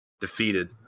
Defeated